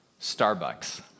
Starbucks